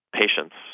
patients